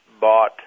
bought